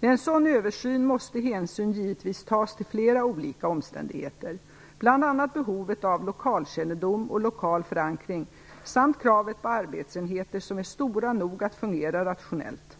Vid en sådan översyn måste hänsyn givetvis tas till flera olika omständigheter, bl.a. behovet av lokalkännedom och lokal förankring samt kravet på arbetsenheter som är stora nog att fungera rationellt.